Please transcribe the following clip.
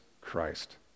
Christ